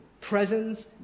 Presence